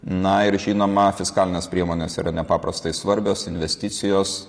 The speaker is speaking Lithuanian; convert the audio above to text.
na ir žinoma fiskalinės priemonės yra nepaprastai svarbios investicijos